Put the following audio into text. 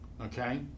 Okay